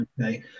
Okay